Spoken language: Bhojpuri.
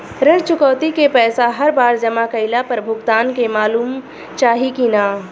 ऋण चुकौती के पैसा हर बार जमा कईला पर भुगतान के मालूम चाही की ना?